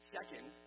Second